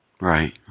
Right